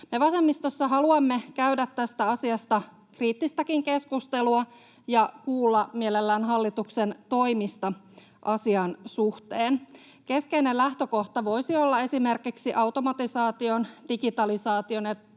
vasemmistossa haluamme käydä tästä asiasta kriittistäkin keskustelua ja kuulla mielellään hallituksen toimista asian suhteen. Keskeinen lähtökohta voisi olla esimerkiksi automatisaation, digitalisaation